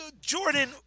Jordan